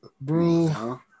Bro